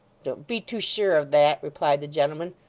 don't be too sure of that replied the gentleman,